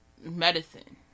medicine